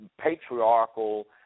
patriarchal